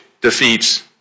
defeats